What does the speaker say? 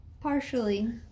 partially